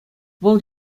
вӑл